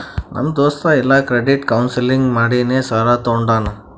ನಮ್ ದೋಸ್ತ ಎಲ್ಲಾ ಕ್ರೆಡಿಟ್ ಕೌನ್ಸಲಿಂಗ್ ಮಾಡಿನೇ ಸಾಲಾ ತೊಂಡಾನ